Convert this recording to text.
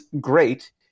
great